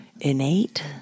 innate